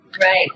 Right